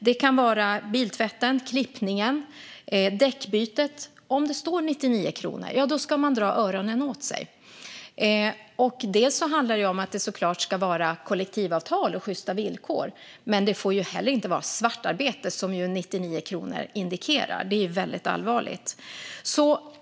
Det kan vara biltvätten, klippningen eller däckbytet. Om det står att det kostar 99 kronor ska man dra öronen åt sig. Det ska såklart vara kollektivavtal och sjysta villkor, men det får heller inte vara svartarbete, som ju 99 kronor indikerar. Det är ju väldigt allvarligt.